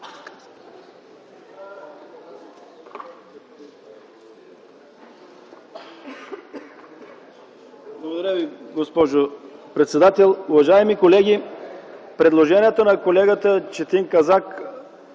Благодаря Ви, госпожо председател. Уважаеми колеги, предложението на колегата Четин Казак